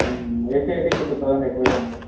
AC అయితే ఇంకా two thousand ఎక్కువ అవుతుంది సార్